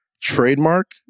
trademark